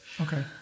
Okay